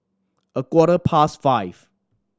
a quarter past five